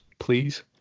please